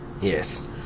Yes